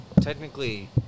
technically